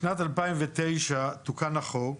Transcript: בשנת 2009 תוקן החוק